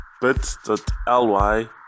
bit.ly